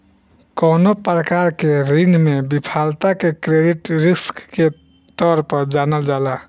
कवनो प्रकार के ऋण में विफलता के क्रेडिट रिस्क के तौर पर जानल जाला